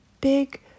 big